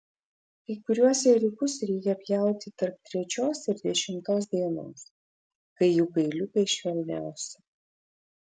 kai kuriuos ėriukus reikia pjauti tarp trečios ir dešimtos dienos kai jų kailiukai švelniausi